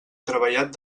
treballat